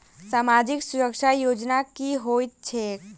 सामाजिक सुरक्षा योजना की होइत छैक?